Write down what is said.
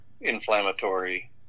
inflammatory